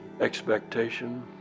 expectation